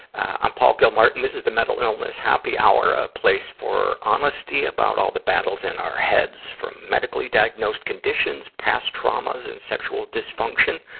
i'm paul gilmartin. this is the mental illness happy hour a place for honesty about all the battles in our heads, from medically-diagnosed conditions, past traumas and sexual dysfuncation,